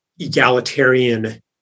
Egalitarian